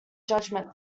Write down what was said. judgment